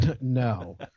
No